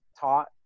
taught